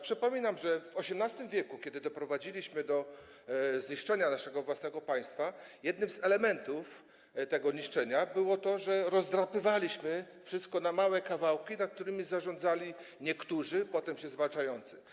Przypominam, że w XVIII w., kiedy doprowadziliśmy do zniszczenia naszego własnego państwa, jednym z elementów tego niszczenia było to, że rozdrapywaliśmy wszystko na małe kawałki, którymi zarządzali niektórzy potem się zwalczający.